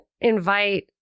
invite